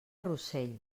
rossell